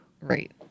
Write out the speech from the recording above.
Right